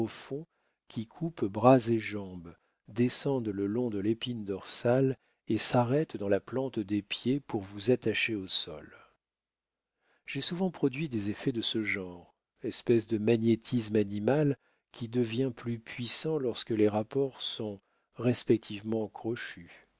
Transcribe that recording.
profonds qui coupent bras et jambes descendent le long de l'épine dorsale et s'arrêtent dans la plante des pieds pour vous attacher au sol j'ai souvent produit des effets de ce genre espèce de magnétisme animal qui devient très puissant lorsque les rapports sont respectivement crochus